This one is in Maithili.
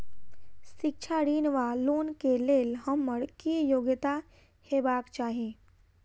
शिक्षा ऋण वा लोन केँ लेल हम्मर की योग्यता हेबाक चाहि?